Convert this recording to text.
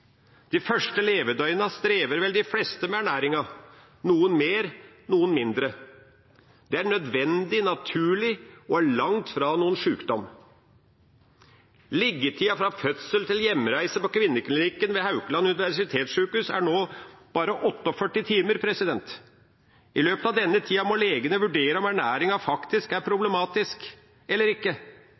Dei fyrste levedøgna strevar vel dei fleste med ernæringa, nokon meir og nokon mindre. Det er nødvendig, naturleg og langt ifrå nokon sjukdom. Liggjetida frå fødsel til heimreise på Kvinneklikken ved Haukeland er no berre 48 timar. I løpet av den tida må legane vurdere om ernæringa faktisk er problematisk, eller ikkje.